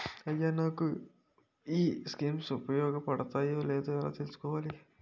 అయ్యా నాకు ఈ స్కీమ్స్ ఉపయోగ పడతయో లేదో ఎలా తులుసుకోవాలి?